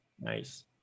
nice